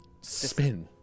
Spin